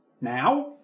Now